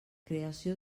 creació